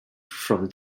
from